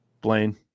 Blaine